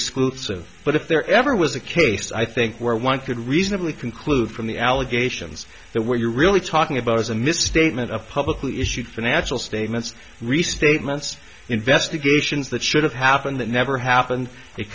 exclusive but if there ever was a case i think where one could reasonably conclude from the allegations that what you're really talking about is a misstatement of publicly issued financial statements restatements investigations that should have happened that never happened th